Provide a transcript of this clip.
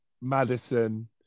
madison